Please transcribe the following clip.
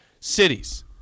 cities